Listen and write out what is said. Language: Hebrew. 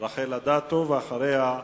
רחל אדטו, ואחריה,